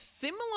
similar